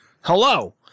hello